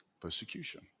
Persecution